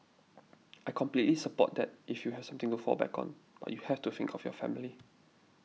I completely support that if you have something to fall back on but you have to think of your family